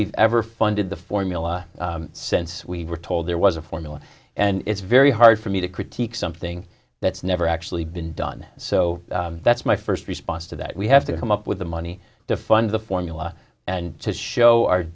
we've ever funded the formula since we were told there was a formula and it's very hard for me to critique something that's never actually been done so that's my first response to that we have to come up with the money to fund the formula and to show our